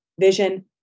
vision